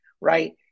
right